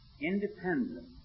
independent